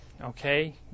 okay